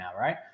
right